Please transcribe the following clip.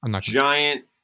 giant